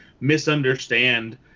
misunderstand